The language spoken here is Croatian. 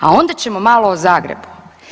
A onda ćemo malo o Zagrebu.